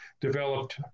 developed